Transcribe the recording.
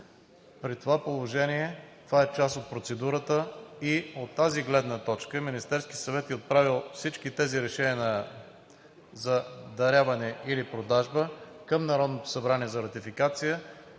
При това положение това е част от процедурата. От тази гледна точка Министерският съвет е отправил всички тези решения за даряване или продажба към Народното събрание за ратификация,